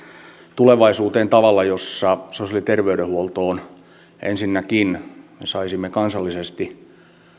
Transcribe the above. tulevaisuuteen tavalla jossa sosiaali ja terveydenhuoltoa koskien ensinnäkin me saisimme kansallisesti